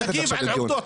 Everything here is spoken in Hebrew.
אבל תגיב על עובדות.